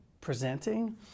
presenting